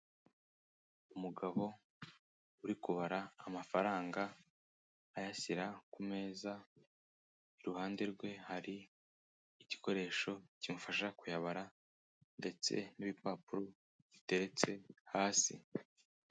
Umugabo uri kubara amafaranga ayashyira ku meza, iruhande rwe hari igikoresho kimufasha kuyabara ndetse n'ibipapuro biteretse hasi.